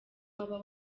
waba